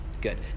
good